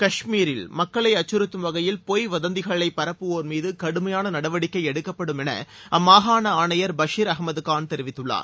காஷ்மீரில் மக்களை அச்கறுத்தும் வகையில் வதந்திகளை பரப்புவோர் மீது கடுமையான நடவடிக்கை எடுக்கப்படும் என அம்மாகாண ஆணையர் பஷீர் அகமது கான் தெரிவித்துள்ளார்